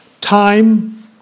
time